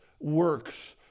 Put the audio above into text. works